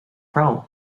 chrome